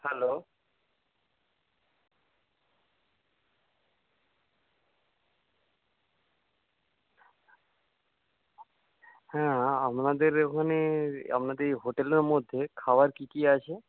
hello হ্যাঁ আপনাদের ওখানে আপনাদের এই হোটেলের মধ্যে খাওয়ার কী কী আছে